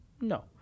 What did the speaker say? No